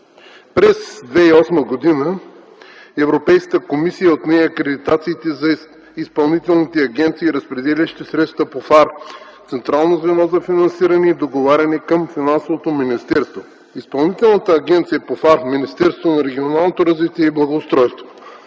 През 2008 г. Европейската комисия отне акредитациите за изпълнителните агенции, разпределящи средствата по ФАР – „Централно звено за финансиране и договаряне” към Финансовото министерство и Изпълнителната агенция по ФАР в Министерството на регионалното развитие и благоустройството.